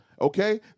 Okay